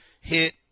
hit